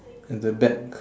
and the back